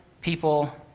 people